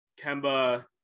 Kemba